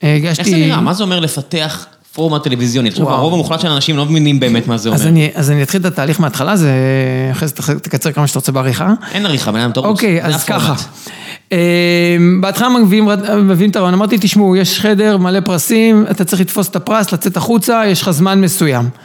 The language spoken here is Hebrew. איך זה נראה? מה זה אומר לפתח פורמה טלוויזיונית? רוב המוחלט של האנשים לא מבינים באמת מה זה אומר. אז אני אתחיל את התהליך מההתחלה, זה... אחרי זה תקצר כמה שאתה רוצה בעריכה. אין עריכה, בן אדם תרוץ. אוקיי, אז ככה. בהתחלה מביאים את הרעיון. אמרתי, תשמעו, יש חדר מלא פרסים, אתה צריך לתפוס את הפרס, לצאת החוצה, יש לך זמן מסוים.